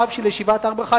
הרב של ישיבת הר-ברכה.